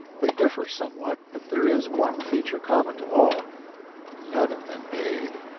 they differ somewhat, but there is one feature common to all none of them paid.